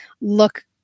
look